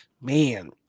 man